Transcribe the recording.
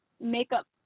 makeup